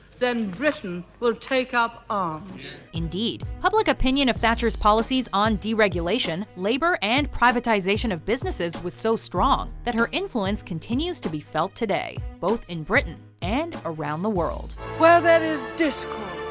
then britain will take up arms indeed, public opinion of thatcher's policy on deregulation, labour and privatisation of businesses was so strong, that her influence continues to be felt today, both in britain and around the world. where there is discord,